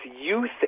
youth